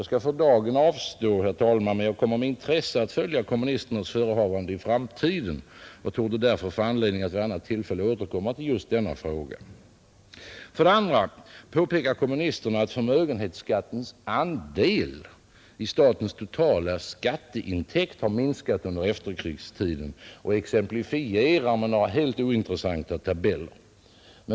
För dagen skall jag avstå, men jag kommer med intresse att följa kommunisternas förehavanden i framtiden och torde därför få anledning att vid ett annat tillfälle återkomma till just denna fråga. 2. Kommunisterna påpekar att förmögenhetsskattens andel i statens totala skatteintäkt har minskat under efterkrigstiden och exemplifierar med några helt ointressanta tabeller.